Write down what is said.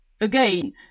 again